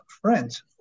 friends